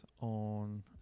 on